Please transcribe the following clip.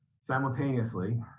simultaneously